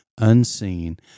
unseen